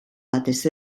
batez